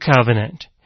covenant